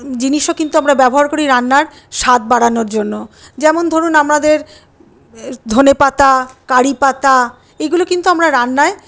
জিনিসও কিন্তু আমরা ব্যবহার করি রান্নার স্বাদ বাড়ানোর জন্য যেমন ধরুন আমাদের ধনেপাতা কারিপাতা এগুলো কিন্তু আমরা রান্নায়